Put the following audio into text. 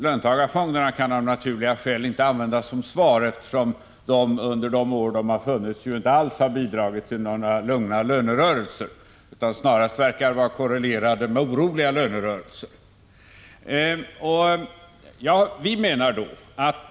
Löntagarfonderna kan av naturliga skäl inte användas som svar, eftersom de inte alls har bidragit till en lugnare lönerörelse utan snarast verkar vara korrelerade med oroliga lönerörelser.